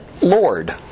Lord